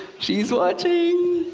she's watching.